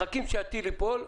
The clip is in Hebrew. מחכים עד שהטיל ייפול,